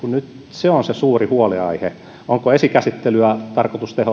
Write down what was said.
se on se suuri huolenaihe onko esikäsittelyä tarkoitus